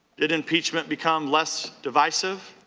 did impeachment become less divisive?